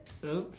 oh